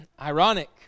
Ironic